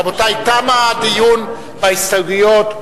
רבותי, תם הדיון בהסתייגויות.